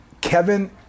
Kevin